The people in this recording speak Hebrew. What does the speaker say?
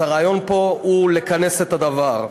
אז הרעיון פה הוא לכנס את הדבר.